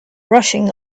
rushing